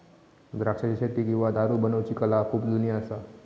द्राक्षाची शेती किंवा दारू बनवुची कला खुप जुनी असा